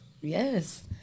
Yes